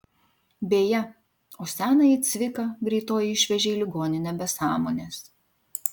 beje o senąjį cviką greitoji išvežė į ligoninę be sąmonės